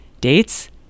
Dates